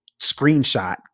screenshot